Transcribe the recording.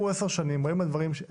אני רואה את הסיירות שמסתובבות